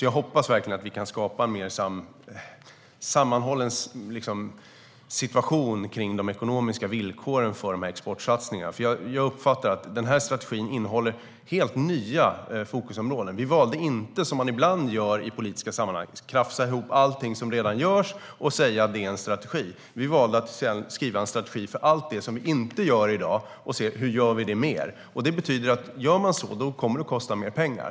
Jag hoppas verkligen att vi kan skapa en mer sammanhållen situation för de ekonomiska villkoren för exportsatsningarna. Jag uppfattar att strategin innehåller helt nya fokusområden. Vi valde inte, som man ibland gör i politiska sammanhang, att krafsa ihop allting som redan görs och säga att det är en strategi. Vi valde att skriva en strategi för allt det som vi inte gör i dag och se hur vi kan göra det mer. Om man gör så betyder det att det kommer att kosta mer pengar.